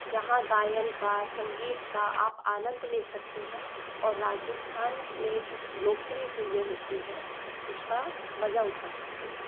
जहाँ गायन का संगीत का आप आनंद ले सकते हैं और राजस्थान में जो लोकप्रिय चीज़ें होती हैं उसका मज़ा उठा सकती हैं